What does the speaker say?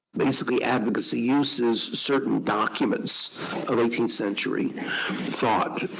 basically, advocacy uses, certain documents of eighteenth century thought.